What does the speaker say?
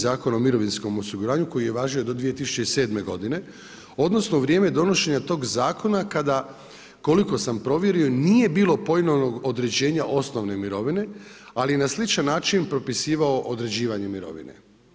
Zakona o mirovinskom osiguranju koji je važio do 2007. godine odnosno vrijeme donošenja tog zakona kada koliko sam provjerio nije bilo pojmovnog određena osnovne mirovine, ali je na sličan način propisivao određivanje mirovine.